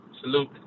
Salute